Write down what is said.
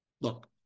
Look